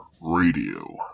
Radio